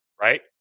right